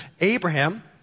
Abraham